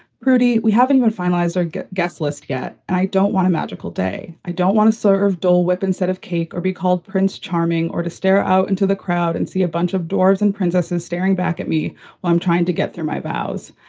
prudy. we haven't even finalized our guest list yet. i don't want a magical day. i don't want to serve dohle whip instead of cake or be called prince charming or to stare out into the crowd and see a bunch of doors and princesses staring back at me while i'm trying to get through my vows.